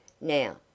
Now